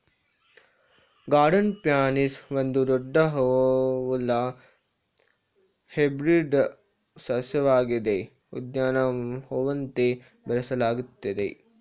garden pansy ಒಂದು ದೊಡ್ಡ ಹೂವುಳ್ಳ ಹೈಬ್ರಿಡ್ ಸಸ್ಯವಾಗಿದ್ದು ಉದ್ಯಾನ ಹೂವಂತೆ ಬೆಳೆಸಲಾಗ್ತದೆ